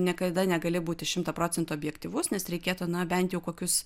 niekada negali būti šimtą procentų objektyvus nes reikėtų na bent jau kokius